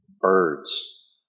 birds